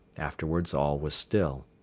afterwards all was still.